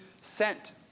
sent